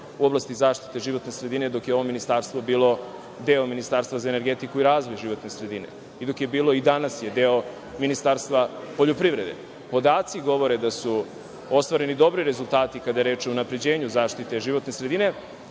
u oblasti zaštite životne sredine dok je ovo ministarstvo bilo deo Ministarstva za energetiku i razvoj životne sredine i dok je bilo, i danas je deo Ministarstva poljoprivrede. Podaci govore da su ostvareni dobri rezultati kada je reč o unapređenju zaštite životne sredine,